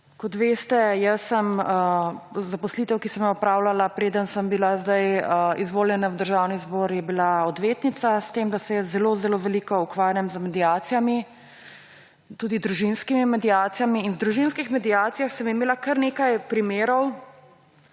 Kot veste, zaposlitev, ki sem jo opravljala, preden sem bila izvoljena v Državni zbor ‒ bila sem odvetnica, s tem da se zelo zelo veliko ukvarjam z mediacijami, tudi družinskimi mediacijami. In v družinskih mediacijah sem imela kar nekaj primerov,